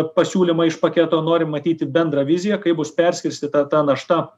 pasiūlymą iš paketo norim matyti bendrą viziją kaip bus perskirstyta ta našta